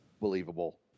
believable